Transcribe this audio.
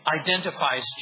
identifies